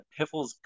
Piffles